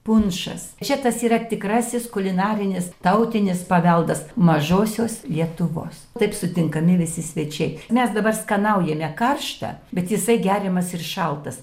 punšas čia tas yra tikrasis kulinarinis tautinis paveldas mažosios lietuvos taip sutinkami visi svečiai mes dabar skanaujame karšta bet jisai geriamas ir šaltas